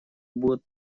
будут